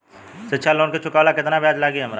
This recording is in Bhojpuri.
शिक्षा लोन के चुकावेला केतना ब्याज लागि हमरा?